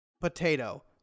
Potato